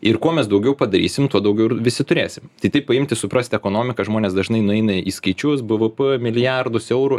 ir kuo mes daugiau padarysim tuo daugiau ir visi turėsim tai taip paimti suprast ekonomiką žmonės dažnai nueina į skaičius bvp milijardus eurų